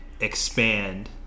expand